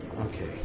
Okay